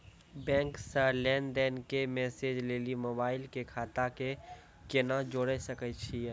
Bank से लेंन देंन के मैसेज लेली मोबाइल के खाता के केना जोड़े सकय छियै?